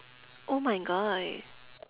oh my god